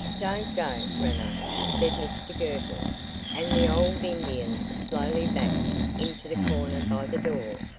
don't go, ramo, said mr girtle and the old indian slowly backed into the corner by the door,